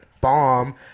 bomb